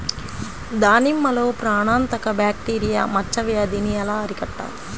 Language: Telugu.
దానిమ్మలో ప్రాణాంతక బ్యాక్టీరియా మచ్చ వ్యాధినీ ఎలా అరికట్టాలి?